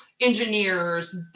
engineers